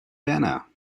werner